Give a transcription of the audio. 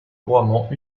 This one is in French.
couramment